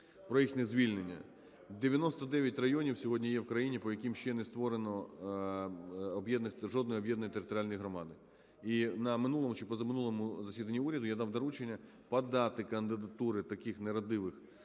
про їхнє звільнення. 99 районів сьогодні є в країні, по яким ще не створено жодної об’єднаної територіальної громади. І на минулому чи позаминулому засіданні уряду я дав доручення подати кандидатури таких "нерадивих"